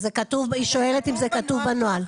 היא שואלת אם זה כתוב בנוהל?